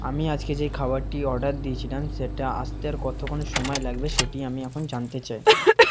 আমি আজকে যেই খাবারটি অর্ডার দিয়েছিলাম সেটা আসতে আর কতক্ষণ সময় লাগবে সেটি আমি এখন জানতে চাই